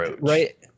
right